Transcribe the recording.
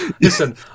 listen